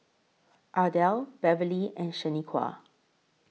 Ardelle Beverly and Shanequa